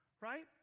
right